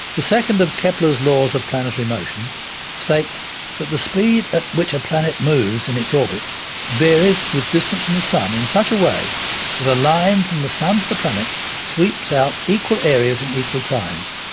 the second of kepler's laws of planetary motion states that the speed at which a planet moves in its orbit varies with its distance from the sun in such a way that a line from the sun to the planet sweeps out equal areas in equal times.